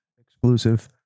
exclusive